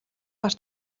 хар